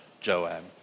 Joab